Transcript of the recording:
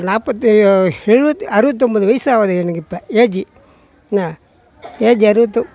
நாற்பத்தி எழுவத்தி அறுவத்தொன்போது வயது ஆகுது எனக்கு இப்போ ஏஜ்ஜி என்ன ஏஜி அறுபத்து